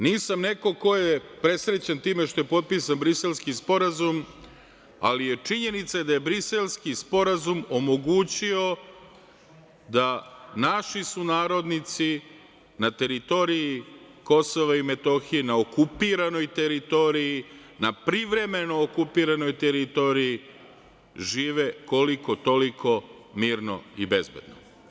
Nisam neko ko je presrećan time što je potpisan Briselski sporazum, ali je činjenica da je Briselski sporazum omogućio da naši sunarodnici na teritoriji Kosova i Metohije, na okupiranoj teritoriji, na privremeno okupiranoj teritoriji žive koliko toliko mirno i bezbedno.